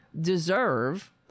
deserve